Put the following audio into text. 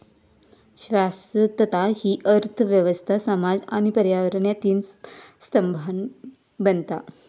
शाश्वतता हि अर्थ व्यवस्था, समाज आणि पर्यावरण ह्या तीन स्तंभांनी बनता